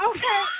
Okay